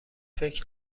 فکر